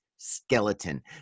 skeleton